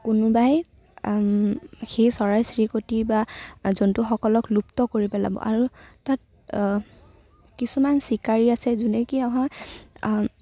কোনোবাই সেই চৰাই চিৰিকটি বা জন্তুসকলক লুপ্ত কৰি পেলাব আৰু তাত কিছুমান চিকাৰী আছে যোনে কি হয়